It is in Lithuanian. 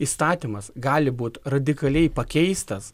įstatymas gali būt radikaliai pakeistas